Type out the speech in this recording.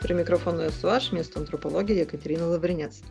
prie mikrofono esu aš miesto antropologė jekaterina lavrinec